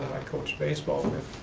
i coached baseball with,